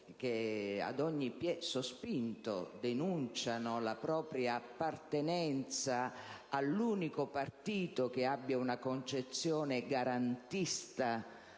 ad ogni piè sospinto rivendicano la propria appartenenza all'unico partito che abbia una concezione garantista